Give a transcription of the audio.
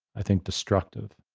i think destructive.